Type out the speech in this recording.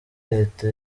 leta